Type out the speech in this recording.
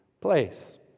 place